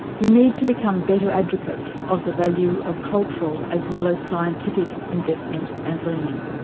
we need to become better advocates of the value of cultural as well as scientific investment and learning.